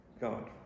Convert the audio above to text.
God